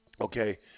okay